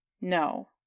No